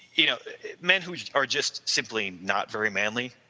you know men who are just simply not very manly,